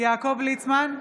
יעקב ליצמן,